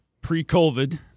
pre-COVID